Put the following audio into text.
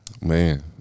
Man